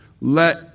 Let